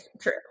True